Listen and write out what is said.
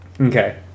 Okay